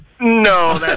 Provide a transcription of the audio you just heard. No